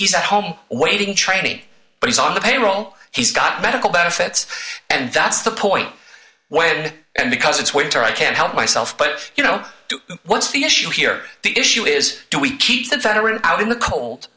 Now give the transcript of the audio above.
he's at home waiting trainee but he's on the payroll he's got medical benefits and that's the point when and because it's winter i can't help myself but you know what's the issue here the issue is do we keep the federal out in the cold